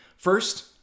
First